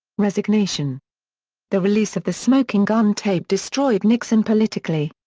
resignation the release of the smoking gun tape destroyed nixon politically.